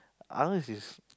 others is